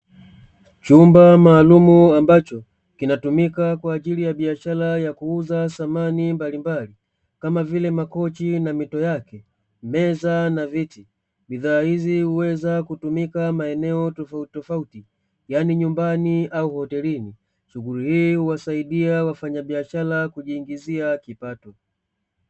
Chumba maalumu ambacho kinatumika kwa ajili ya biashara ya kuuza samani mbalimbali, kama vile makochi na mito yake, meza na viti. Bidhaa hizi huweza kutumika maeneo tofautitofauti, yaani nyumbani au hotelini, shughuli hii huwasaidia wafanyabiashara kujiingizia kipato.